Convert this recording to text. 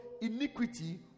iniquity